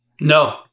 No